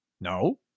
No